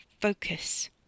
Focus